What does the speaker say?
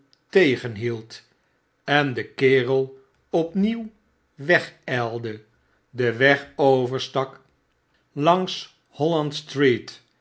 tegenhield en de kerel opnieuw wegijlde den weg overstak langs